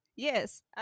Yes